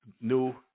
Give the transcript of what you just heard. New